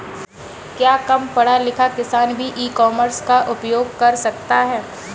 क्या कम पढ़ा लिखा किसान भी ई कॉमर्स का उपयोग कर सकता है?